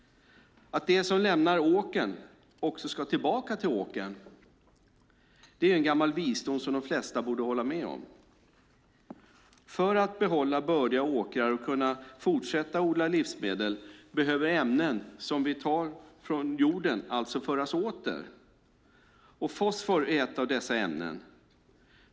Att det som lämnar åkern också ska tillbaka till åkern är en gammal visdom som de flesta borde hålla med om. För att behålla bördiga åkrar och kunna fortsätta att odla livsmedel behöver ämnen som vi tar från jorden alltså föras åter. Fosfor är ett av dessa ämnen.